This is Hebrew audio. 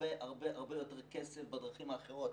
הרבה יותר כסף בדרכים האחרות.